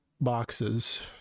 boxes